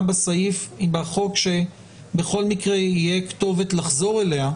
בסעיף בחוק שבכל מקרה תהיה כתובת לחזור אליה.